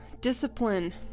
discipline